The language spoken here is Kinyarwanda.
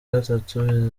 gatatu